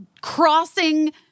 crossing